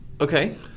Okay